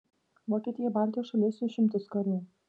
vokietija į baltijos šalis siųs šimtus karių